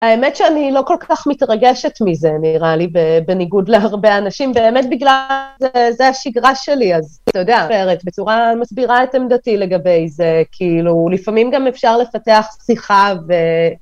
האמת שאני לא כל כך מתרגשת מזה, נראה לי, בניגוד להרבה אנשים, באמת בגלל שזה השגרה שלי, אז, אתה יודע, בצורה מסבירה את עמדתי לגבי זה, כאילו, לפעמים גם אפשר לפתח שיחה ו...